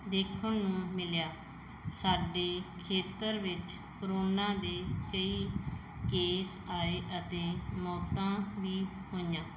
ਦੇਖਣ ਨੂੰ ਮਿਲਿਆ ਸਾਡੇ ਖੇਤਰ ਵਿੱਚ ਕਰੋਨਾ ਦੇ ਕਈ ਕੇਸ ਆਏ ਅਤੇ ਮੌਤਾਂ ਵੀ ਹੋਈਆਂ